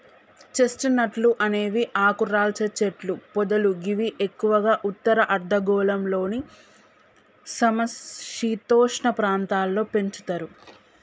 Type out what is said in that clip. chest నట్లు అనేవి ఆకురాల్చే చెట్లు పొదలు గివి ఎక్కువగా ఉత్తర అర్ధగోళంలోని సమ శీతోష్ణ ప్రాంతాల్లో పెంచుతరు